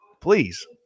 please